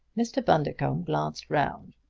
mr. bundercombe glanced round.